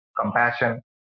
compassion